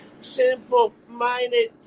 simple-minded